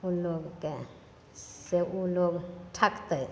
ई लोगके से ओ लोग ठकतै